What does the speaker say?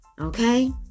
Okay